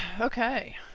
Okay